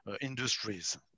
industries